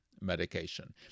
medication